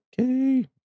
okay